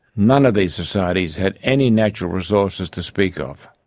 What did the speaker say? none of these societies had any natural resources to speak of.